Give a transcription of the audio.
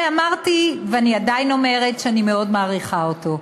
שאמרתי, ואני עדיין אומרת, שאני מאוד מעריכה אותו.